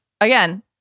again